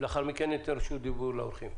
לאחר מכן ניתן רשות דיבור לאורחים.